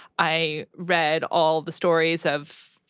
i read all the stories of,